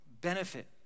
benefit